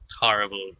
horrible